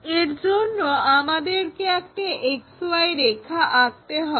এরজন্য আমাদেরকে একটা XY রেখা আঁকতে হবে